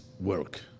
work